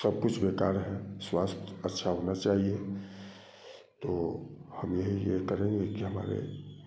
सब कुछ बेकार है स्वास्थ्य अच्छा होना चाहिए तो हमें यही ये करेंगे की हमारे